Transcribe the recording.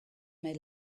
may